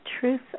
truth